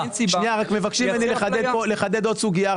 מבקשים ממני לחדד עוד סוגיה.